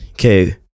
okay